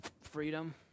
freedom